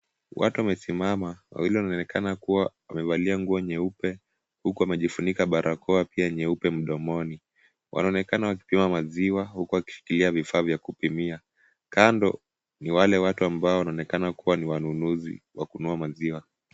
Watu wamesimama. Wawili wanaonekana kuwa wamevalia nguo nyeupe huku wamejifunika barakoa pia nyeupe mdomoni. Wanaonekana wakipima maziwa huku wakishikilia vifaa vya kupimia Kando ni wale watu wanaonekana kuwa ni wanunuzi wakununua maziwa.